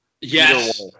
Yes